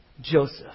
Joseph